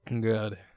Good